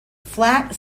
flat